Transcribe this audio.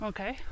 Okay